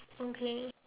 okay